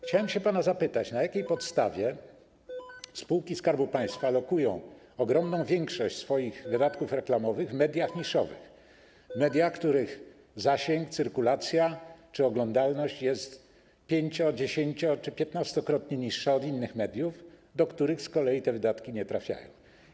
Chciałem się pana zapytać: Na jakiej podstawie spółki Skarbu Państwa lokują ogromną większość swoich wydatków reklamowych w mediach niszowych, mediach, których zasięg, cyrkulacja czy oglądalność jest pięcio-, dziesięcio- czy piętnastokrotnie niższa od innych mediów, do których z kolei te wydatki nie trafiają?